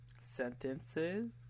sentences